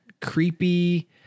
Creepy